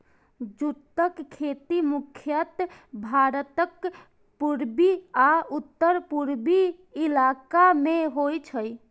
जूटक खेती मुख्यतः भारतक पूर्वी आ उत्तर पूर्वी इलाका मे होइ छै